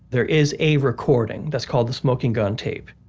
there is a recording that's called the smoking gun tape.